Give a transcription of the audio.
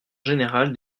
générale